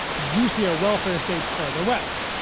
juicier welfare states farther west.